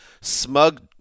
Smug